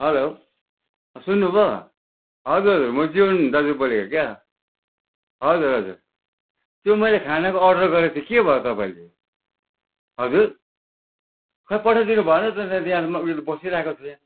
hello अँ सुन्नुभयो हजुर म जीवन दाजु बोलेको क्या हजुर हजुर त्यो मैले खानाको अर्डर गरेको थिएँ के भयो तपाईँले हजुर खोइ पठाइदिनु भएन त त्यहाँ ऊ यो त बसिरहेको छ यहाँ